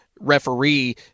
referee